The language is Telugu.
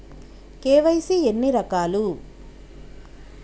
కే.వై.సీ ఎన్ని రకాలు?